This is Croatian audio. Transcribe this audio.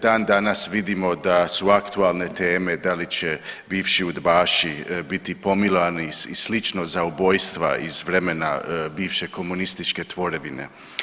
Dan danas vidimo da su aktualne teme da li će bivši udbaši biti pomilovani i slično za ubojstva iz vremena bivše komunističke tvorevine.